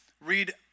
read